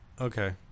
okay